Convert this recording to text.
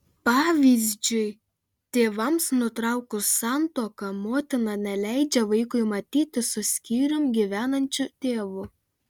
pavyzdžiui tėvams nutraukus santuoką motina neleidžia vaikui matytis su skyrium gyvenančiu tėvu